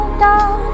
down